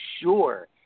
sure